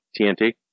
TNT